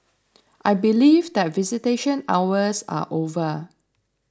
I believe that visitation hours are over